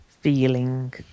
feeling